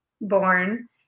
born